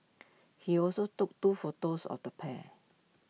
he also took two photos of the pair